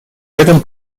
этом